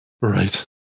Right